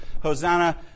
Hosanna